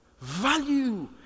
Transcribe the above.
value